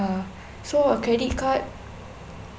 so a credit card